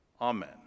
Amen